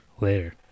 Later